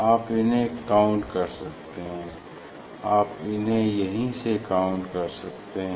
आप इन्हे काउंट कर सकते हैं आप इन्हें यही से काउंट कर सकते है